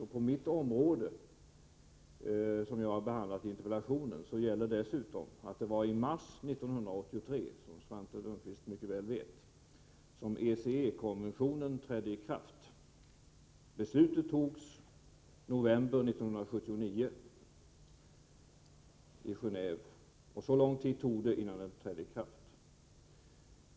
Beträffande det område som jag har behandlat i interpellationen kan jag nämna att det var i mars 1983 — vilket Svante Lundkvist mycket väl vet — som ECE-konventionen trädde i kraft. Beslutet togs i november 1979 i Geneve. Så lång tid tog det innan konventionen trädde i kraft.